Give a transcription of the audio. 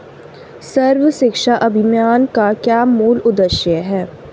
सर्व शिक्षा अभियान का मूल उद्देश्य क्या है?